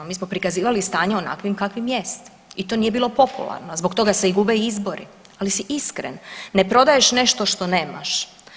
Mi smo prikazivali stanje onakvim kakvim jest i to nije bilo popularno, zbog toga se i gube izbori ali si iskren, ne prodaješ nešto što nemaš.